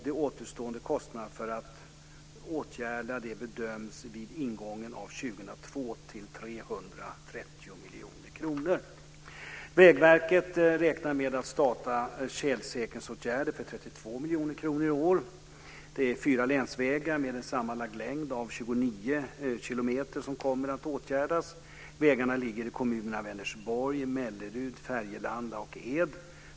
De återstående kostnaderna för att åtgärda det bedöms vid ingången av 2002 till 330 miljoner kronor. Vägverket räknar med att starta tjälsäkringsåtgärder för 32 miljoner kronor i år. Det är fyra länsvägar med en sammanlagd längd av 29 kilometer som kommer att åtgärdas. Vägarna ligger i kommunerna Vänersborg, Mellerud, Färjelanda och Ed.